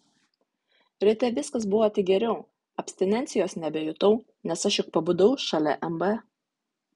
ryte viskas buvo tik geriau abstinencijos nebejutau nes aš juk pabudau šalia mb